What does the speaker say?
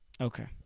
Okay